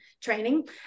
training